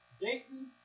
Dayton